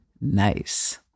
Nice